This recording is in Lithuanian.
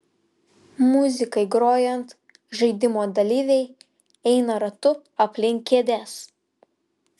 muzikai grojant žaidimo dalyviai eina ratu aplink kėdes